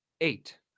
eight